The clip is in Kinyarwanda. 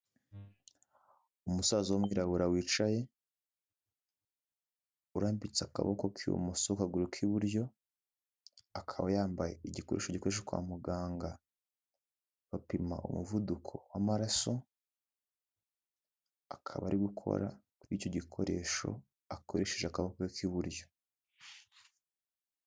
Umusaza w'umwirabura wicaye, urambitse akaboko k'ibumoso ku kaguru k'iburyo, akaba yambaye igikoresho gikore kwa muganga bapima umuvuduko w'amaraso, akaba ari gukora kuri icyo gikoresho akoresheje akaboko ke k'iburyo.